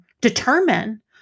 determine